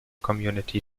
community